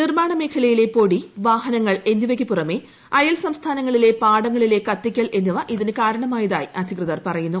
നിർമാണ മേഖലയിലെ പൊടി വാഹനങ്ങൾ എന്നിവയ്ക്ക് പുറമെ അയൽ സംസ്ഥാനങ്ങളിലെ പാടങ്ങളിലെ കത്തിക്കൽ എന്നിവ ഇതിന് കാരണമായതായി അധികൃതർ പറയുന്നു